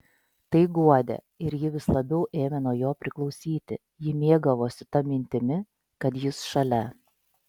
tai guodė ir ji vis labiau ėmė nuo jo priklausyti ji mėgavosi ta mintimi kad jis šalia